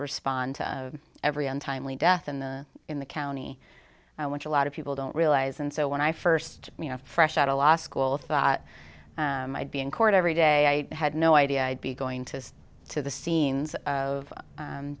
respond to every untimely death in the in the county i went to a lot of people don't realize and so when i first fresh out of law school of thought i'd be in court every day i had no idea i'd be going to to the scenes of